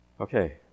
Okay